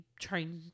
trying